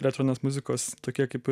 elektroninės muzikos tokie kaip ir